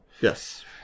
Yes